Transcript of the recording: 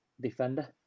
defender